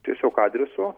tiesiog adreso